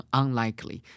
unlikely